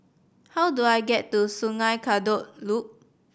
how do I get to Sungei Kadut Loop